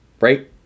Right